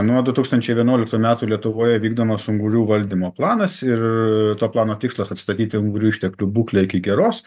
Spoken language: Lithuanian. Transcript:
nuo du tūkstančiai vienuoliktų metų lietuvoje vykdomas ungurių valdymo planas ir to plano tikslas atstatyti ungurių išteklių būklę iki geros